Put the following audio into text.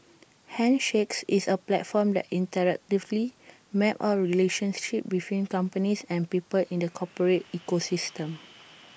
handshakes is A platform that interactively maps out relationships between companies and people in the corporate ecosystem